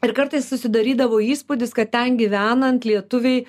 ir kartais susidarydavo įspūdis kad ten gyvenant lietuviai